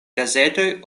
gazetoj